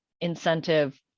incentive